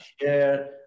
share